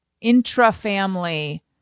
intra-family